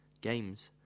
games